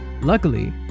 Luckily